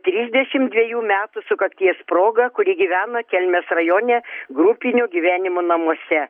trisdešimt dvejų metų sukakties proga kuri gyvena kelmės rajone grupinio gyvenimo namuose